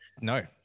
no